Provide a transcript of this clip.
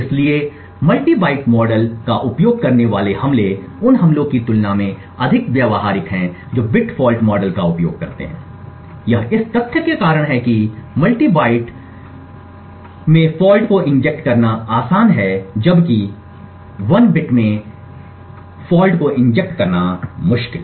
इसलिए multi byte model का उपयोग करने वाले हमले उन हमलों की तुलना में अधिक व्यावहारिक हैं जो बिट फॉल्ट मॉडल का उपयोग करते हैं यह इस तथ्य के कारण है कि कई मल्टी बाइट्स में फॉल्ट को इंजेक्ट करना आसान है जबकि एक बिट में फॉल्ट को इंजेक्ट करना मुश्किल